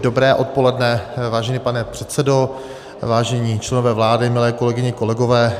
Dobré odpoledne, vážený pane předsedo, vážení členové vlády, milé kolegyně, kolegové.